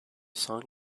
song